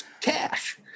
cash